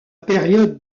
période